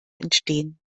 entstehen